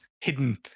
hidden